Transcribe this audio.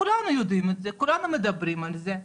כולנו יודעים את זה, כולנו מדברים על זה,